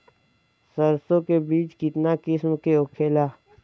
सरसो के बिज कितना किस्म के होखे ला?